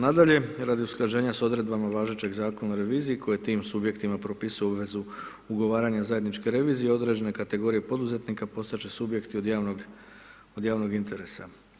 Nadalje, radi usklađenja s odredbama važećega Zakona o reviziji koji tim subjektima propisuju obvezu ugovaranja zajedničke revizije, određene kategorije poduzetnika postati će subjekti od javnog interesa.